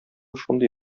шундый